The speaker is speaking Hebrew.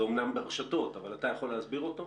זה אמנם ברשתות, אבל אתה יכול להסביר אותו?